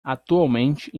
atualmente